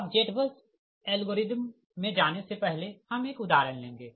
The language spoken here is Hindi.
अब ZBUS एल्गोरिदम मे जाने से पहले हम एक उदाहरण लेंगे